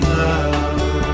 love